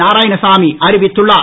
நாராயணசாமி அறிவித்துள்ளார்